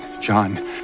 John